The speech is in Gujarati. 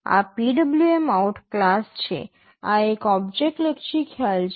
આ PwmOut ક્લાસ છે આ એક ઓબ્જેક્ટ લક્ષી ખ્યાલ છે